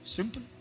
Simple